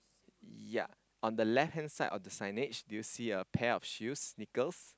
ya on the left hand side of the signage do you see a pair of shoes sneakers